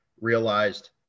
realized